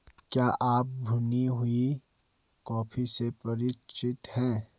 क्या आप भुनी हुई कॉफी से परिचित हैं?